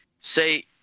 say